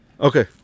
Okay